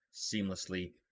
seamlessly